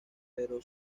pero